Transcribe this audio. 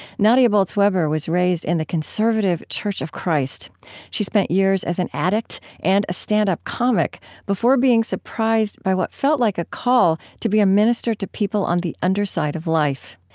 nadia bolz-weber was raised in the conservative church of christ she spent years as an addict and a stand-up comic before being surprised by what felt like a call to be a minister to people on the underside of life.